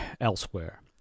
elsewhere